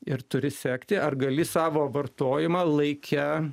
ir turi sekti ar gali savo vartojimą laike